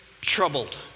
troubled